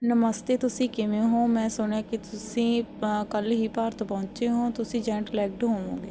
ਨਮਸਤੇ ਤੁਸੀ ਕਿਵੇਂ ਹੋ ਮੈਂ ਸੁਣਿਆ ਕਿ ਤੁਸੀਂ ਕੱਲ੍ਹ ਹੀ ਭਾਰਤ ਪਹੁੰਚੇ ਹੋ ਤੁਸੀਂ ਜੈਂਟ ਲੈਗਡ ਹੋਵੋਂਗੇ